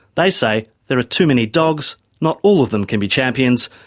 they say there are too many dogs, not all of them can be champions,